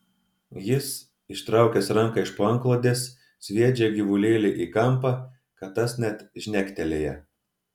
jis ištraukęs ranką iš po antklodės sviedžia gyvulėlį į kampą kad tas net žnektelėja